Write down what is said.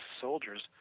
soldiers